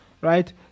Right